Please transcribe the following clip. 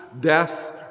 death